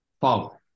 follow